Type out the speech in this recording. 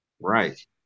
right